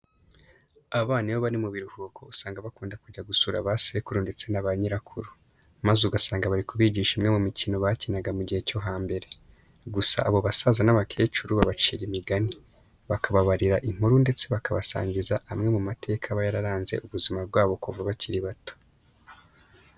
Abana iyo bari mu biruhuko usanga bakunda kujya gusura ba sekuru ndetse na ba nyirakuru, maze ugasanga bari kubigisha imwe mu mikino bakinaga mu gihe cyo hambere. Gusa abo basaza n'abakecuru babacira imigani, bakababarira inkuru ndetse bakabasangiza amwe mu mateka aba yararanze ubuzima bwabo kuva bakiri bato.